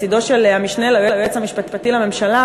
מצדו של המשנה ליועץ המשפטי לממשלה,